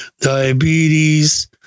diabetes